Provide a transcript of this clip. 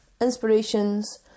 inspirations